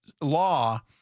law